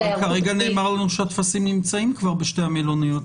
אבל הרגע נאמר לנו שהטפסים נמצאים כבר בשתי המלוניות.